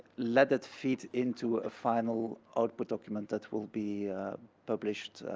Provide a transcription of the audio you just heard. let it feed into a final output document that will be published